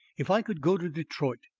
if i could go to detroit,